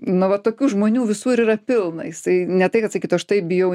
na va tokių žmonių visur yra pilna jisai ne tai kad sakytų aš taip bijau